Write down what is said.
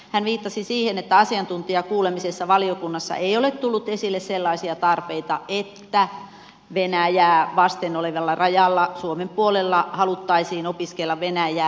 hän viittasi siihen että asiantuntijakuulemisessa valiokunnassa ei ole tullut esille sellaisia tarpeita että venäjää vasten olevalla rajalla suomen puolella haluttaisiin opiskella venäjää